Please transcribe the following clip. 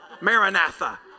Maranatha